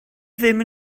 ddim